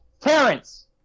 Terrence